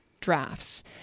drafts